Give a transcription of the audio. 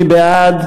מי בעד?